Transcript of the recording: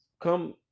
come